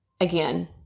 again